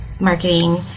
marketing